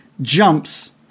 jumps